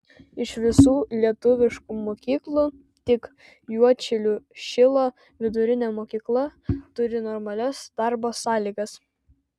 iš visų lietuviškų mokyklų tik juodšilių šilo vidurinė mokykla turi normalias darbo sąlygas